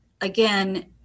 again